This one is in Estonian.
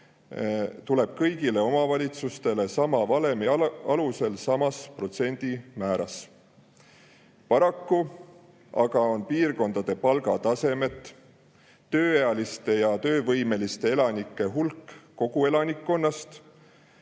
tuleb kõigile omavalitsustele sama valemi alusel, sama protsendimäära järgi. Paraku on piirkondade palgatasemed, tööealiste ja töövõimeliste elanike hulk kogu elanikkonnas